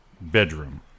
bedroom